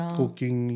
cooking